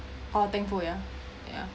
oh thankful yeah yeah